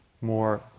more